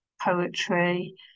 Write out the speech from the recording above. poetry